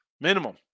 Minimum